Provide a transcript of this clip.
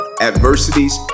adversities